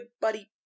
buddy